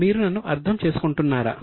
మీరు నన్ను అర్థం చేసుకుంటున్నారా